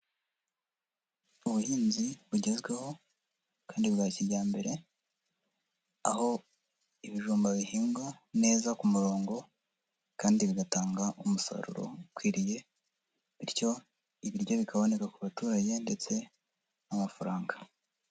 Ubuhinzi bugezweho kandi bwa kijyambere, aho ibijumba bihingwa neza ku murongo kandi bigatanga umusaruro ukwiriye bityo ibiryo bikaboneka ku baturage ndetse n'amafaranga.